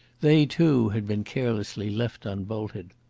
they, too, had been carelessly left unbolted.